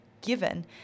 given